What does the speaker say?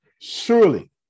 surely